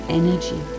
energy